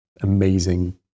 amazing